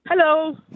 Hello